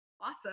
awesome